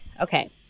Okay